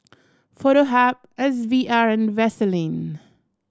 Foto Hub S V R and Vaseline